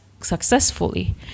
successfully